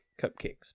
Cupcakes